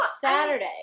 Saturday